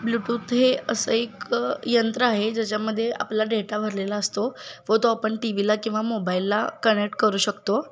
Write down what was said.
Bluetooth हे असं एक यंत्र आहे ज्याच्यामध्ये आपला डेटा भरलेला असतो व तो आपण टीव्हीला किंवा मोबाईलला कनेक्ट करू शकतो